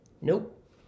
Nope